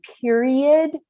period